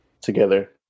together